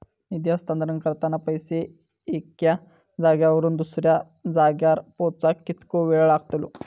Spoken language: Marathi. निधी हस्तांतरण करताना पैसे एक्या जाग्यावरून दुसऱ्या जाग्यार पोचाक कितको वेळ लागतलो?